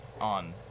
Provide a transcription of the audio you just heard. on